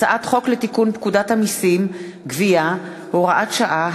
הצעת חוק לתיקון פקודת המסים (גבייה) (הוראת שעה),